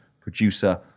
producer